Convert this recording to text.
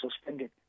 suspended